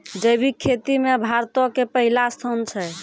जैविक खेती मे भारतो के पहिला स्थान छै